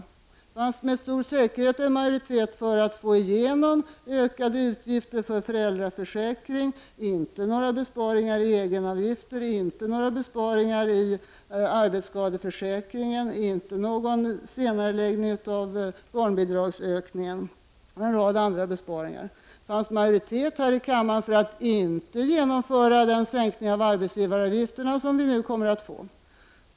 Det fanns med stor säkerhet en majoritet för att få igenom ökade utgifter för föräldraförsäkring — och inte några besparingar i egenavgifter, inte några besparingar i arbetsskadeförsäkringen, inte någon senareläggning av barnbidragsökningen, och inte en rad andra besparingar. Det fanns majoritet här i kammaren för att inte genomföra den sänkning av arbetsgivaravgifterna som vi nu kommer att få.